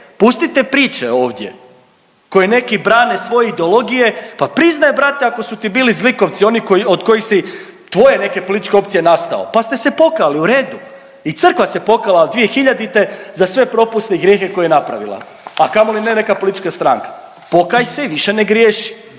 pustite priče ovdje koje neki brane svoje ideologije pa priznaj brate ako su ti bili zlikovci oni koji, od koji si tvoje neke političke opcije nastao. Pa ste se pokajali u redu. I crkva se pokajala 2000. za sve propuste i grijehe koje je napravila, a kamoli ne neka politička stranka. Pokaj se i više ne griješi.